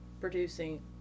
producing